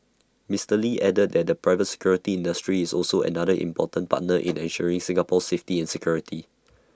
Mister lee added that the private security industry is also another important partner in ensuring Singapore's safety and security